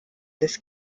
des